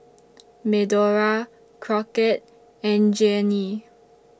Medora Crockett and Jeanie